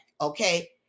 Okay